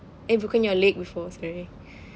eh broken your leg before sorry